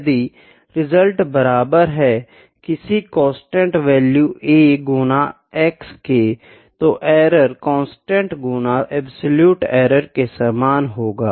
यदि परिणाम बराबर है किसी कांस्टेंट वैल्यू A गुना x के तो एरर कांस्टेंट गुना अब्सोलुटे एरर के सामान होगा